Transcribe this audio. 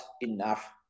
enough